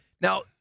Now